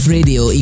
Radio